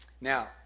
Now